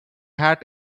hat